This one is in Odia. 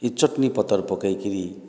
ଇ ଚଟନୀ ପତର୍ ପକାଇକିରି